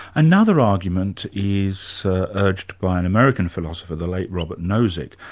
another argument is urged by an american philosopher, the late robert nosick,